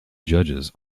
judges